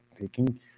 taking